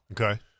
Okay